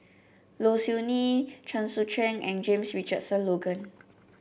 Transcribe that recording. Low Siew Nghee Chen Sucheng and James Richardson Logan